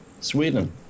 Sweden